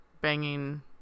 banging